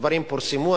הדברים פורסמו,